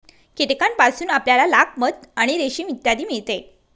कीटकांपासून आपल्याला लाख, मध आणि रेशीम इत्यादी मिळते